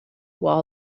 wall